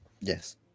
Yes